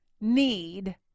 need